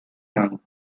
young